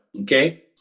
okay